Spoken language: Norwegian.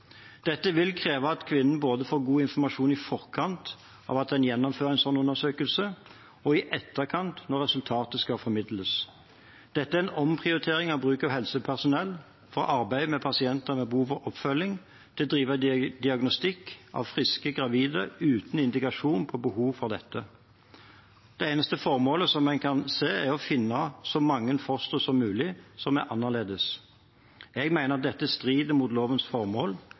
vil kreve at kvinnene får god informasjon både i forkant av at en gjennomfører en slik undersøkelse, og i etterkant når resultatet skal formidles. Det er en omprioritering av bruk av helsepersonell fra arbeid med pasienter med behov for oppfølging til å drive med diagnostikk av friske gravide uten indikasjon på behov for dette. Det eneste formålet man kan se, er å finne så mange fostre som mulig som er annerledes. Jeg mener dette strider mot lovens formål